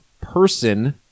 person